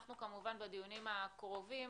אנחנו כמובן בדיונים הקרובים